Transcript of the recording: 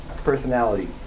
personality